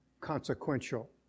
consequential